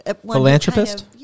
philanthropist